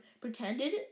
pretended